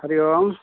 Hari Om